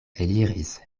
eliris